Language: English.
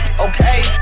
Okay